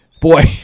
Boy